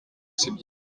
sibyiza